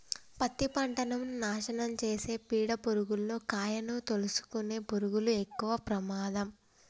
పత్తి పంటను నాశనం చేసే పీడ పురుగుల్లో కాయను తోలుసుకునే పురుగులు ఎక్కవ ప్రమాదం